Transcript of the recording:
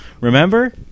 remember